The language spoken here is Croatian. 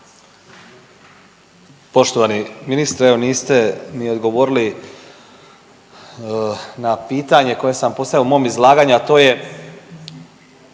Poštovani ministre evo niste mi odgovorili na pitanje koje sam postavio u mom izlaganju, a to je